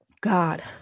God